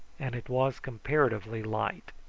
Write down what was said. and it was comparatively light.